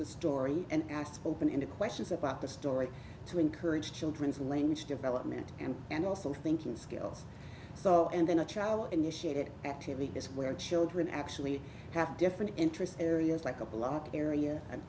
the story and ask open ended questions about the story to encourage children's language development and and also thinking skills so and then a challenge is shared it actively is where children actually have different interests areas like a block area and